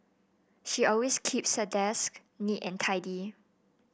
she always keeps her desk neat and tidy